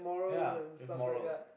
ya with morals